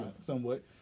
somewhat